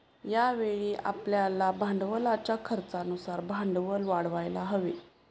यावेळी आपल्याला भांडवलाच्या खर्चानुसार भांडवल वाढवायला हवे